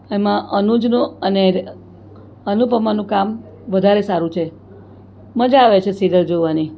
એમાં અનુજનું અને અનુપમાનું કામ વધારે સારું છે મજા આવે છે સીરીઅલ જોવાની